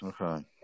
Okay